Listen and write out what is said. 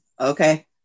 Okay